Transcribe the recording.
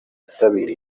bitabira